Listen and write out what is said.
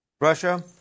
Russia